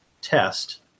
test